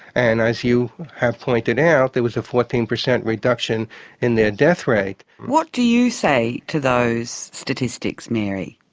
and as you have pointed out, there was a fourteen percent reduction in their deathrate. what do you say to those statistics mary?